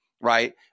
right